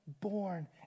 born